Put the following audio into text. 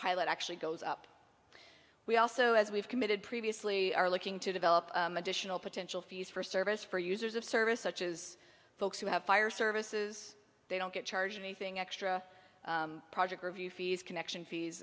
pilot actually goes up we also as we've committed previously are looking to develop additional potential fees for service for users of service such as folks who have fire services they don't get charged anything extra project review fees connection fees